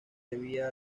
debía